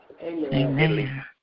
Amen